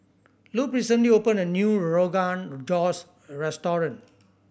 Lupe recently opened a new Rogan Josh Restaurant